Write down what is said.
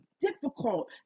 difficult